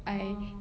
oh